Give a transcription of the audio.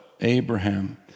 Abraham